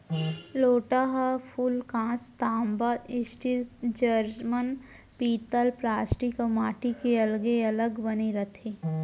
लोटा ह फूलकांस, तांबा, स्टील, जरमन, पीतल प्लास्टिक अउ माटी के अलगे अलग बने रथे